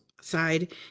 side